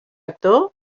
actor